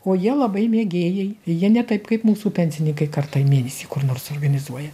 o jie labai mėgėjai jie ne taip kaip mūsų pensininkai kartą į mėnesį kur nors organizuoja